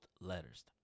letters